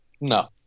no